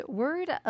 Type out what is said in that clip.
word